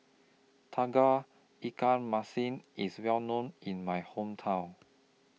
Tauge Ikan Masin IS Well known in My Hometown